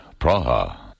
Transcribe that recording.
Praha